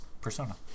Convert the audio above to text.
Persona